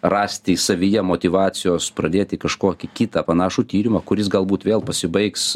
rasti savyje motyvacijos pradėti kažkokį kitą panašų tyrimą kuris galbūt vėl pasibaigs